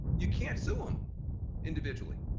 you can't sue em individually.